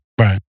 Right